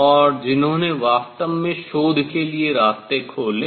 और जिन्होंने वास्तव में शोध के लिए रास्ते खोलें